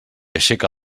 aixeca